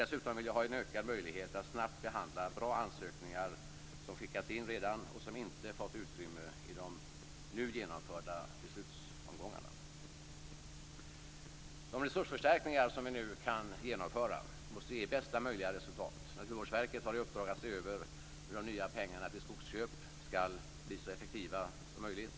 Dessutom vill jag se en ökad möjlighet att snabbt behandla bra ansökningar som redan har skickats in och som inte har fått utrymme i de nu genomförda beslutsomgångarna. De resursförstärkningar som vi nu kan genomföra måste ge bästa möjliga resultat. Naturvårdsverket har i uppdrag att se över hur de nya pengarna till skogsinköp skall bli så effektiva som möjligt.